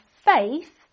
faith